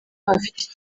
afite